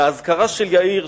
לאזכרה של יאיר,